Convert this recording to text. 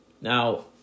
Now